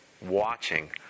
watching